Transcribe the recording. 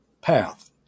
path